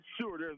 sure